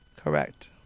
correct